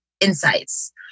insights